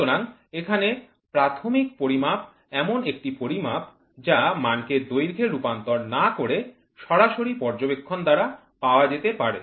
সুতরাং এখানে প্রাথমিক পরিমাপ এমন একটি পরিমাপ যা মানকে দৈর্ঘ্যে রূপান্তর না করে সরাসরি পর্যবেক্ষণ দ্বারা পাওয়া যেতে পারে